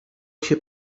się